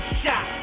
shot